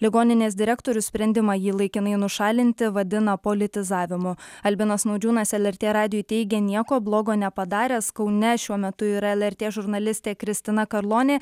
ligoninės direktorius sprendimą jį laikinai nušalinti vadina politizavimu albinas naudžiūnas lrt radijui teigė nieko blogo nepadaręs kaune šiuo metu yra lrt žurnalistė kristina karlonė